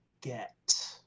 get